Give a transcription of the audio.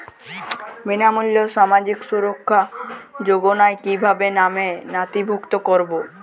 বিনামূল্যে সামাজিক সুরক্ষা যোজনায় কিভাবে নামে নথিভুক্ত করবো?